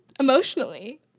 Emotionally